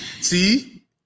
See